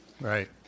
Right